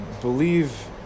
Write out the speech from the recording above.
believe